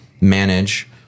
manage